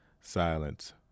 Silence